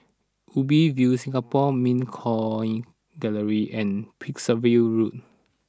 Ubi View Singapore Mint Coin Gallery and Percival Road